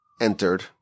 entered